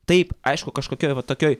taip aišku kažkokioj va tokioj